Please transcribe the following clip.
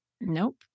Nope